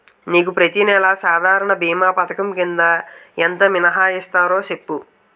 నీకు ప్రతి నెల సాధారణ భీమా పధకం కింద ఎంత మినహాయిస్తన్నారో సెప్పు